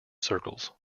circles